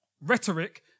rhetoric